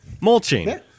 mulching